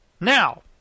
Now